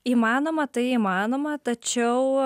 įmanoma tai įmanoma tačiau